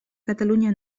catalunya